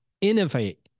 innovate